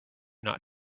not